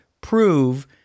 prove